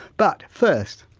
but first,